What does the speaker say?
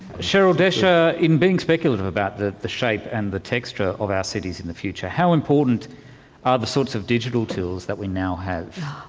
cheryl desha, into being speculative about the the shape and the texture of our cities in the future, how important are the sorts of digital tools that we now have?